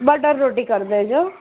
butter roti કરી દેજો